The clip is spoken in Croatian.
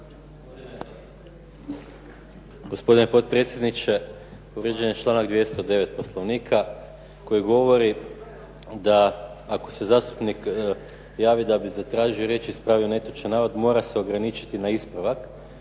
Gospodine potpredsjedniče, povrijeđen je članak 209. Poslovnika koji govori da ako se zastupnik javi da bi zatražio riječ, ispravio netočan navod mora se ograničiti na ispravak,